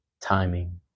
timing